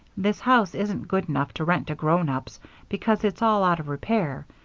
this house isn't good enough to rent to grown-ups because it's all out of repair,